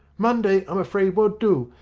monday, i'm afraid, won't do.